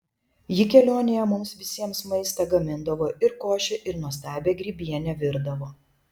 ji kelionėje mums visiems maistą gamindavo ir košę ir nuostabią grybienę virdavo